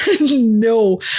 No